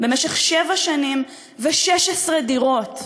במשך שבע שנים ו-16 דירות,